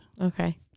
Okay